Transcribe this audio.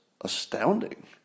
astounding